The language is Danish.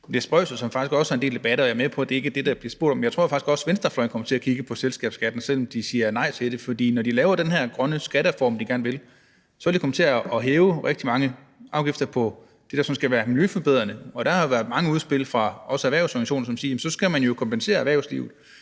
Men det spøjse, som også er en del af debatten, er – og jeg er med på, at det ikke er det, der bliver spurgt om – at jeg faktisk også tror, at venstrefløjen kommer til at kigge på selskabsskatten, selv om de siger nej til det. For når de laver den her grønne skattereform, som de gerne vil, så vil det komme til at hæve rigtig mange afgifter på det, der skal være miljøforbedrende, og der har jo også været mange udspil fra erhvervsorganisationer, som siger, at så skal man kompensere erhvervslivet,